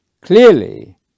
Clearly